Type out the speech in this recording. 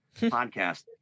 podcast